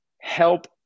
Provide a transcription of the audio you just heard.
help